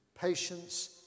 Patience